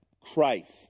Christ